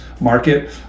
market